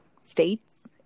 states